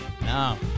No